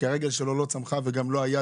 כי הרגל שלו לא צמחה וגם לא היד,